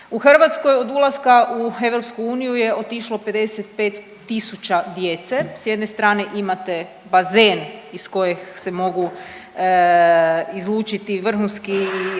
U Hrvatskoj od ulaska u EU je otišlo 55.000 djece, s jedne strane imate bazen iz kojeg se mogu izlučiti vrhunski